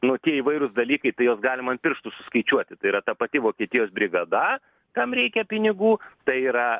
nu tie įvairūs dalykai tai juos galima ant pirštų suskaičiuoti tai yra ta pati vokietijos brigada kam reikia pinigų tai yra